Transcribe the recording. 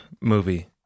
movie